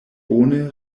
bone